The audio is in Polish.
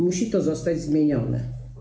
Musi to zostać zmienione.